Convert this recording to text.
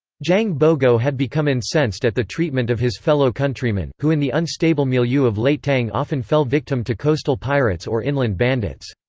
jang bogo had become incensed at the treatment of his fellow countrymen, who in the unstable milieu of late tang often fell victim to coastal pirates or inland bandits.